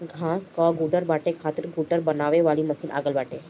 घाँस कअ गट्ठर बांधे खातिर गट्ठर बनावे वाली मशीन आ गइल बाटे